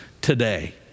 today